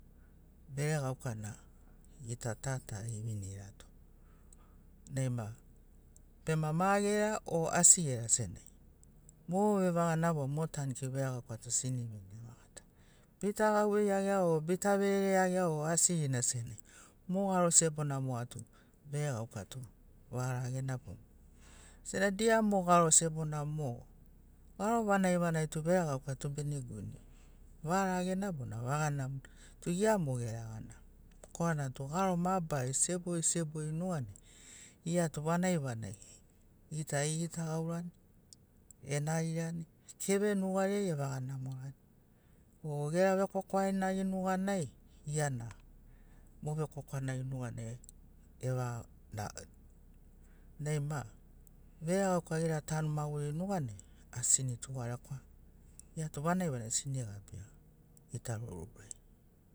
Veregauka na gita ta ta ivinirato naima, bema ma gera o asi gera senagi mo vevaga namo mo tankiu veregauka tu sini vinia vegatana. Bita gauvei iagia o bita verere iagia o asigina senagina mo garo sebona moga tu veregauka tu vaga ragena mogo. Sena dia mo garo sebona mogo, garo vanagi vanagi tu veregauka tu bene guine, vaga ragena bona vaga namona tu gia mo geregana. Korana tu garo mabarari sebori sebori nuganai gia tu vanagi vanagi gita igita gauran enarirani keve nugari ai evaga namorani o gera vekwakwanagi nuganai gia na mo vekwakwanagi nuganai evaga. naima, veregauka gera tanu maguriri nuganai asi sini tugarekwaea. Gia tu vanagi vanagi sini gabia gita lorurai.